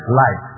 life